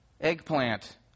eggplant